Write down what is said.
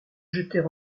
jeter